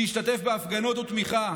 שישתתף בהפגנות ותמיכה.